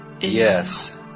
Yes